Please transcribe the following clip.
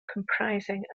comprising